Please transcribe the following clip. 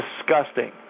disgusting